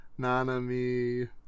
Nanami